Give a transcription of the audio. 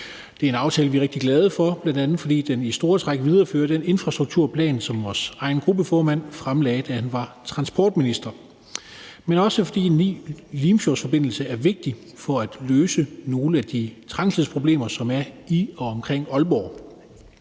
Det er en aftale, som vi er rigtig glade for, bl.a. fordi den i store træk viderefører den infrastrukturplan, som vores egen gruppeformand fremlagde, da han var transportminister. Men det er også, fordi en Limfjordsforbindelse er vigtig for at løse nogle af de trængselsproblemer, som er i og omkring Aalborg.